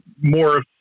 more